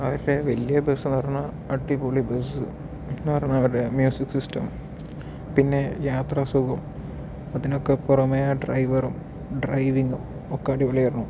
അവരുടെ വലിയ ബസ് പറഞ്ഞാൽ അടിപൊളി ബസ് ശരിക്ക് പറഞ്ഞാൽ അറിയാം അവരുടെ മ്യൂസിക് സിസ്റ്റം പിന്നെ യാത്ര സുഖം അതിനൊക്കെ പുറമെ ഡ്രൈവറും ഡ്രൈവിങ്ങും ഒക്കെ അടിപൊളി ആയിരുന്നു